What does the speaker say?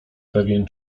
pewien